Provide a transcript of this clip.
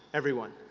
everyone.